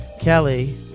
Kelly